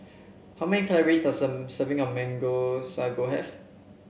how many calories does a serving of Mango Sago have